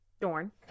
Dorn